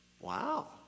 Wow